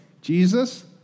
Jesus